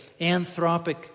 anthropic